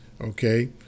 Okay